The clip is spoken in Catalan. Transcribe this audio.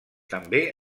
també